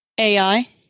AI